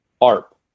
ARP